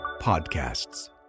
podcasts